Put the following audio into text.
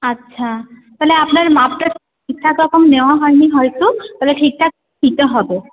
আচ্ছা তাহলে আপনার মাপটা ঠিকঠাক তখন নেওয়া হয়নি হয়ত তবে ঠিকঠাক নিতে হবে